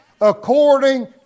According